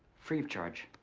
free of charge.